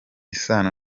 isano